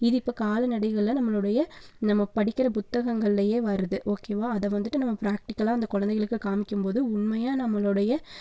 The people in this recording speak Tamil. இது இப்போ கால்நடைகள்ல நம்மளுடைய நம்ம படிக்கிற புத்தகங்கள்லயே வருது ஓகேவா அதை வந்துட்டு நம்ம பிராக்டிகலாக அந்த குழந்தைகளுக்கு காமிக்கும்போது உண்மையாக நம்மளுடைய